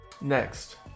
Next